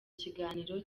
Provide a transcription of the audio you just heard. kiganiro